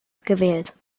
gewählt